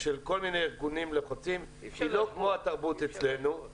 של כל מיני ארגונים לוחצים היא לא כמו התרבות אצלנו,